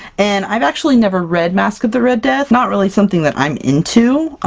and i've actually never read masque of the red death. not really something that i'm into,